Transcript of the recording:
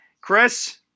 Chris